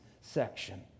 section